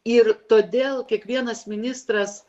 ir todėl kiekvienas ministras